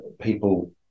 people